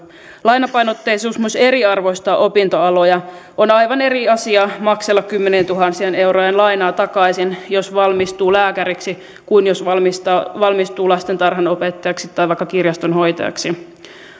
lainapainotteisuus myös eriarvoistaa opintoaloja on aivan eri asia maksella kymmenientuhansien eurojen lainaa takaisin jos valmistuu lääkäriksi kuin jos valmistuu lastentarhanopettajaksi tai vaikka kirjastonhoitajaksi